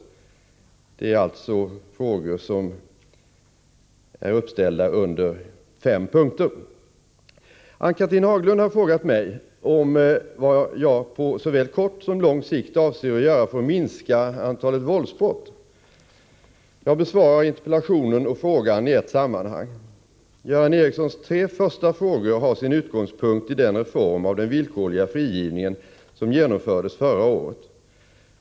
Ann-Cathrine Haglund har frågat mig om vad jag på såväl kort som lång sikt avser att göra för att minska antalet våldsbrott. Jag besvarar interpellationen och frågan i ett sammanhang. Göran Ericssons tre första frågor har sin utgångspunkt i den reform av den villkorliga frigivningen som genomfördes förra året.